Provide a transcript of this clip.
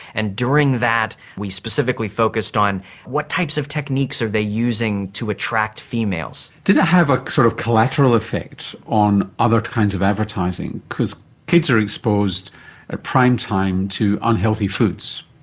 and during that we specifically focused on what types of techniques are they using to attract females. did it have a sort of collateral effect on other kinds of advertising? because kids are exposed at prime time to unhealthy foods,